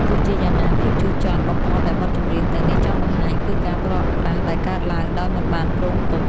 ទោះជាយ៉ាងណា ភាពជូរចត់បំផុតដែលបទចម្រៀងទាំងនេះចង់បង្ហាញ គឺការព្រាត់ប្រាសដែលកើតឡើងដោយមិនបានគ្រោងទុក។